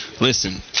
listen